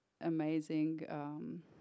amazing